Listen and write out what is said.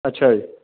ਅੱਛਾ ਜੀ